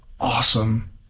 awesome